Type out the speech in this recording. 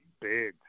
big